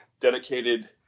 dedicated